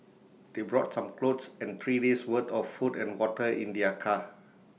they brought some clothes and three days' worth of food and water in their car